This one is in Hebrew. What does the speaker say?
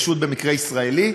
במקרה בראשות ישראלי,